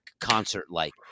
concert-like